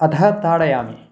अधः ताडयामि